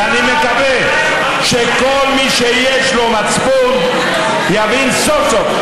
ואני מקווה שכל מי שיש לו מצפון יבין סוף-סוף.